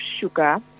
sugar